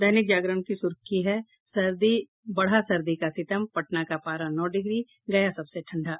दैनिक जागरण की सुर्खी है बढ़ा सर्दी का सितम पटना का पारा नौ डिग्री गया सबसे ठंडा